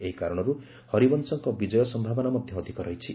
ଏହି କାରଣରୁ ହରିବଂଶଙ୍କ ବିଜୟ ସମ୍ଭାବନା ମଧ ଅଧିକ ରହିଛି